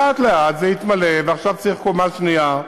לאט-לאט זה התמלא, ועכשיו צריך קומה שנייה,